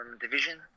division